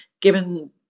given